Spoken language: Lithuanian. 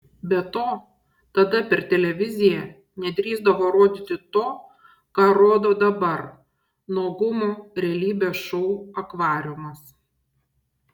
be to tada per televiziją nedrįsdavo rodyti to ką rodo dabar nuogumų realybės šou akvariumas